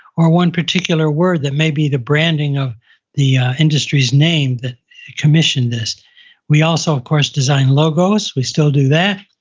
or one particular word that maybe the branding of the industry's name that commissioned this we also of course design logos, we still do that.